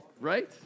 Right